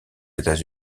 états